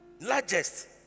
Largest